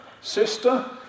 sister